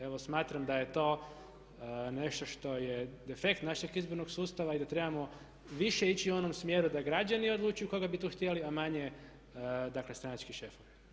Evo smatram da je to nešto što je defekt našeg izbornog sustava i da trebamo više ići u onom smjeru da građani odlučuju koga bi tu htjeli a manje dakle stranački šefovi.